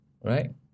right